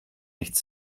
nicht